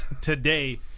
today